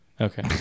Okay